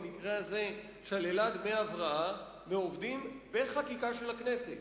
במקרה הזה שללה דמי הבראה מעובדים בחקיקה של הכנסת.